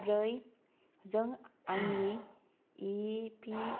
ब्रै जों आंनि इ पि